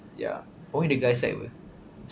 ya only the guy side [what]